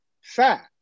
fat